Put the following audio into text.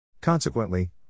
Consequently